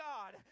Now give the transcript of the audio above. God